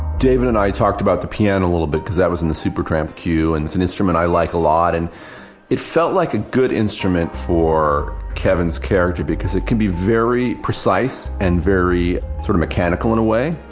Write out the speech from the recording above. david and i talked about the piano a little bit because that was in the supertramp queue and it's an instrument i like a lot and it felt like a good instrument for kevin's character because it can be very precise and very sort of mechanical in a way,